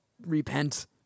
repent